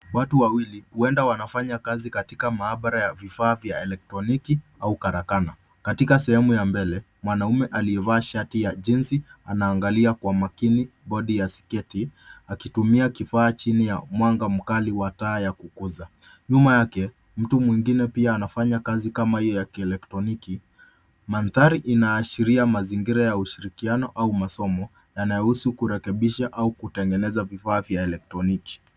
Watu wawili huenda wanafanya kazi katika maabara ya vifaa ya eletroniki au karakana. Katika sehemu ya mbele, mwanaume aliyevaa shati ya jinsi anaangalia kwa makini bodi ya sketi, akitumia kifaa chini ya mwanga mkali wa taa kukuza, nyuma yake mtu mwingine pia anafanya kazi kama hio ya kieletroniki. Maandari inaashiria mazingira ya hushirikiano au masomo yanaohusu kurekepisha au kutengeneza vifaa eletroniki.